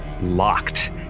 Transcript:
locked